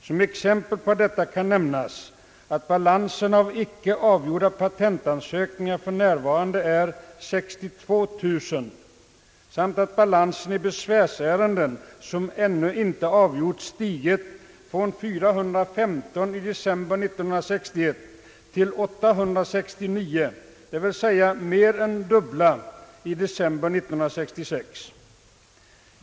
Som exempel på detta kan nämnas att balansen av icke avgjorda patentansökningar nu är 62 000 samt att balansen för ännu inte avgjorda besvärsärenden har stigit från 415 i december 1961 till 869 i december 1966, alltså mer än det dubbla.